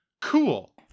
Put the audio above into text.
Cool